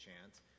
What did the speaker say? chance